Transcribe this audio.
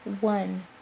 one